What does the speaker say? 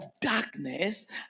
darkness